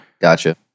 Gotcha